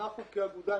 אנחנו כאגודה,